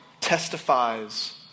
testifies